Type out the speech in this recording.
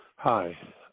Hi